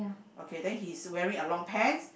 okay then he's wearing a long pants